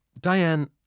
Diane